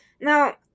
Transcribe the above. Now